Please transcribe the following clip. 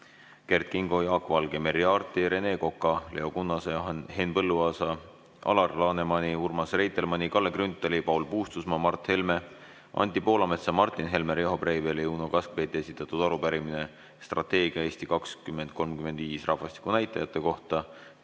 Kert Kingo, Jaak Valge, Merry Aarti, Rene Koka, Leo Kunnase, Henn Põlluaasa, Alar Lanemani, Urmas Reitelmanni, Kalle Grünthali, Paul Puustusmaa, Mart Helme, Anti Poolametsa, Martin Helme, Riho Breiveli ja Uno Kaskpeiti esitatud arupärimine strateegia "Eesti 2035" rahvastikunäitajate kohta.